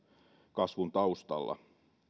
kasvun taustalla